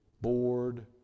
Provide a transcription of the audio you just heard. bored